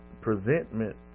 presentment